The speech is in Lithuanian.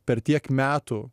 per tiek metų